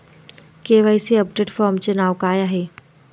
KYC update फॉर्मचे नाव काय आहे?